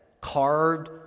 carved